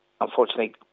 unfortunately